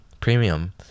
premium